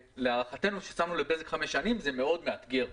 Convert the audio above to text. להערכתנו כשקבענו לבזק חמש שנים, זה מאתגר מאוד.